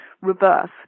reverse